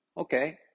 okay